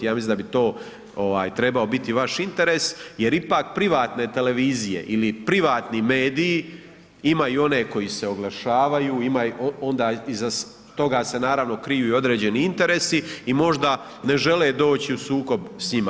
Ja mislim da bi trebao biti vaš interes jer ipak privatne televizije ili privatni mediji imaju one koji se oglašavaju, iza toga se naravno kriju i određeni interesi i možda ne žele doći u sukob s njima.